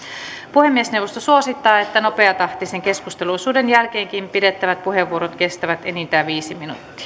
puhemiesneuvosto suosittaa että nopeatahtisen keskusteluosuuden jälkeenkin pidettävät puheenvuorot kestävät enintään viisi